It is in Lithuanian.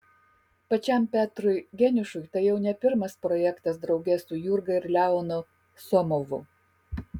pačiam petrui geniušui tai jau ne pirmas projektas drauge su jurga ir leonu somovu